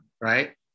Right